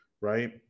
right